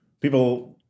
people